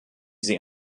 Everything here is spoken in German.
sie